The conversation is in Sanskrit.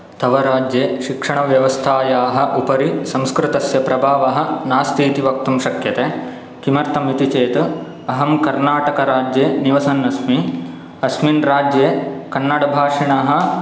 तव राज्ये शिक्षणव्यवस्थायाः उपरि संस्कृतस्य प्रभावः नास्तीति वक्तुं शक्यते किमर्थमिति चेत् अहं कर्णाटकराज्ये निवसन् अस्मि अस्मिन् राज्ये कन्नडभाषिणः